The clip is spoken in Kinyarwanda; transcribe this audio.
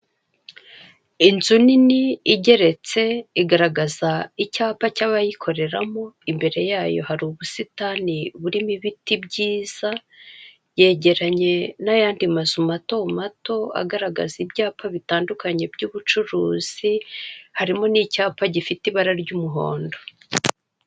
Inzu nini, igeretse, igaragaza icyapa cy'abayikoreramo, imbere yayo hari ubusitani burimo ibiti byiza, yegeranye n'ayandi mazu matomato, agaragaza ibyapa bitandukanye by'ubucuruzi, harimo n'icyapa gifite ibara ry'umuhondo.